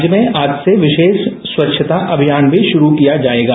राज्य में आज से विशेष स्वच्छता अभियान भी शुरू किया जाएगा